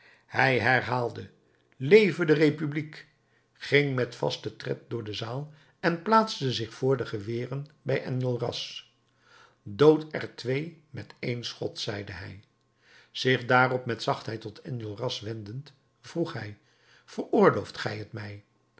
hij herhaalde leve de republiek ging met vasten tred door de zaal en plaatste zich vr de geweren bij enjolras doodt er twee met één schot zeide hij zich daarop met zachtheid tot enjolras wendend vroeg hij veroorlooft gij t mij